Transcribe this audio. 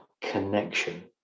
connection